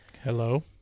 Hello